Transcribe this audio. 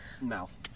Mouth